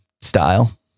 style